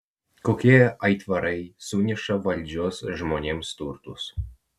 kokie aitvarai suneša valdžios žmonėms turtus